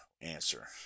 answer